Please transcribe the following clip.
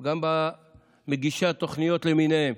גם מגישי התוכניות למיניהם,